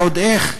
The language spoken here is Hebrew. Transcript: ועוד איך,